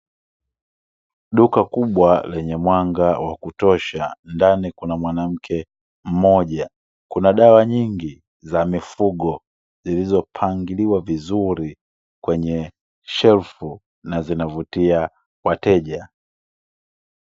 Duka kubwa lenye mwanga wa kutosha, ndani kuna mwanamke mmoja, kuna dawa nyingi za mifugo zilizopangiliwa vizuri kwenye shelfu na zinavutia wateja.